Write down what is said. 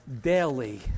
daily